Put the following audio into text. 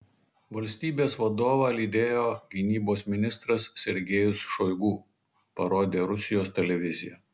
valstybės vadovą lydėjo gynybos ministras sergejus šoigu parodė rusijos televizija